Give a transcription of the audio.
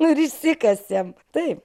ir išsikasė taip